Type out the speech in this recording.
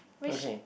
okay